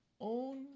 own